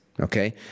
okay